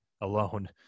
alone